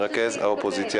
מרכז האופוזיציה.